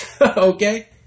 Okay